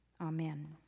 Amen